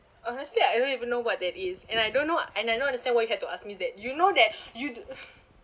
honestly I don't even know what that is and I don't know and I don't understand why you had to ask me that you know that you do